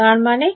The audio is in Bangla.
ছাত্র তার মানে